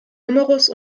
numerus